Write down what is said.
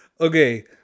Okay